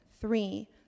three